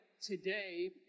today